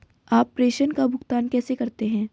आप प्रेषण का भुगतान कैसे करते हैं?